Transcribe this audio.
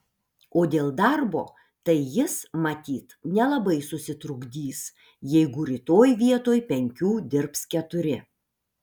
o dėl darbo tai jis matyt nelabai susitrukdys jeigu rytoj vietoj penkių dirbs keturi